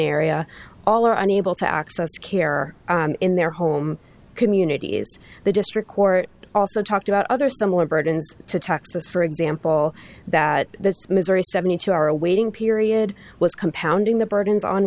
area all are unable to access care in their home communities the district court also talked about other similar burdens to texas for example that the missouri seventy two hour waiting period was compounding the burdens on